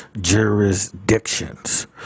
jurisdictions